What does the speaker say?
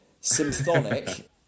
Symphonic